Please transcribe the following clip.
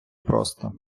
просто